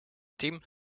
team